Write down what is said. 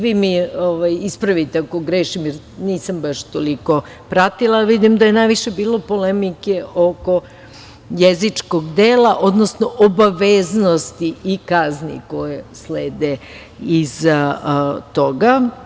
Vi me ispravite ako grešim, jer nisam baš toliko pratila, vidim da je najviše bilo polemike oko jezičkog dela, odnosno obaveznosti i kazni koje slede iz toga.